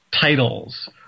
titles